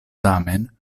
tamen